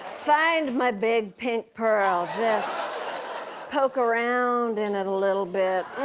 find my big, pink pearl. just poke around in it a little bit.